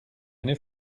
eine